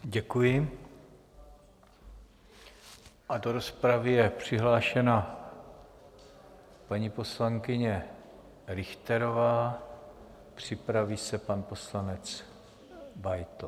Děkuji a do rozpravy je přihlášena paní poslankyně Richterová, připraví se pan poslanec Beitl.